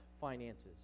finances